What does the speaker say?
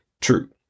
true